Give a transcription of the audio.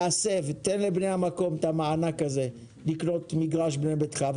תן לבני המקום את המענק הזה לקנות מגרש בני ביתך,